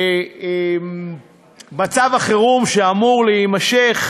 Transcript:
מצב החירום שאמור להימשך,